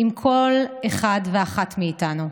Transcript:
אם כל אחד ואחת מאיתנו,